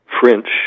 French